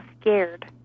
scared